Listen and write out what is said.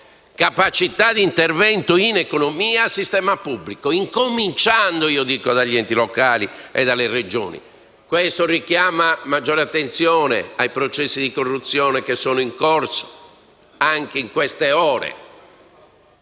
capacità di intervento in economia al sistema pubblico, incominciando dagli enti locali e dalle Regioni. Questo richiama maggiore attenzione ai processi di corruzione che sono in corso anche in queste ore,